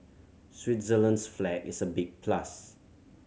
Switzerland's flag is a big plus